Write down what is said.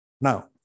Now